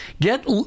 Get